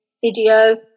video